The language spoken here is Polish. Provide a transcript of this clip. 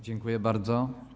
Dziękuję bardzo.